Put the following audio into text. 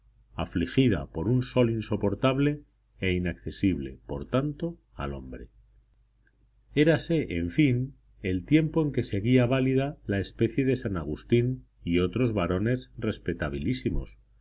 afligida por un sol insoportable e inaccesible por tanto al hombre érase en fin el tiempo en que seguía válida la especie de san agustín y otros varones respetabilísimos